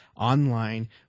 Online